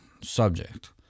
subject